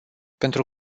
pentru